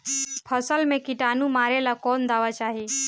फसल में किटानु मारेला कौन दावा चाही?